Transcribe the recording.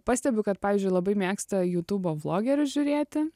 pastebiu kad pavyzdžiui labai mėgsta jutubo vlogerius žiūrėti